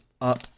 up